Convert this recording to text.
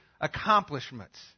accomplishments